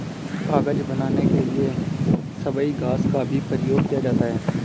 कागज बनाने के लिए सबई घास का भी प्रयोग किया जाता है